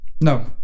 No